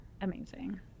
amazing